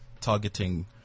targeting